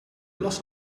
loss